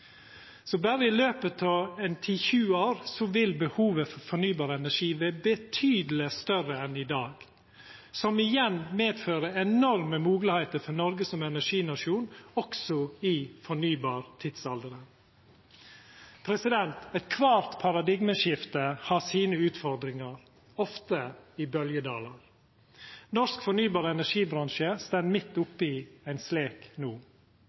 Så berre i løpet av 10–20 år vil behovet for fornybar energi vera betydeleg større enn i dag – noko som igjen fører til enorme moglegheiter for Noreg som energinasjon, også i fornybartidsalderen. Kvart paradigmeskifte har sine utfordringar – ofte i bølgjedalar. Norsk fornybar energibransje står midt oppi ein slik bølgjedal no.